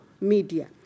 media